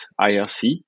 irc